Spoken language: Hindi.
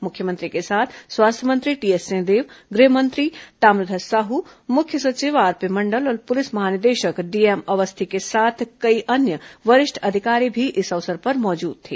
मुख्यमंत्री के साथ स्वास्थ्य मंत्री टीएस सिंहदेव गृह मंत्री ताम्रध्वज साहू मुख्य सचिव आरपी मंडल और पुलिस महानिदेशक डी एम अवस्थी के साथ कई अन्य वरिष्ठ अधिकारी भी इस अवसर पर मौजूद थे